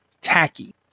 tacky